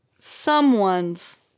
someone's